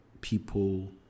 people